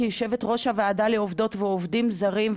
כיו"ר הוועדה לעובדות ועובדים זרים,